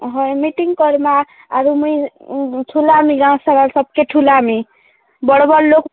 ହଏ ମିଟିଙ୍ଗ କରିବା ଆଗ ମୁଇଁ ଠୁଲାମି ଗାଁ ସାରା ସବକେ ଠୁଲାମି ବଡ଼ ବଡ଼ ଲୋକ